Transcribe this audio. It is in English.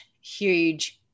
huge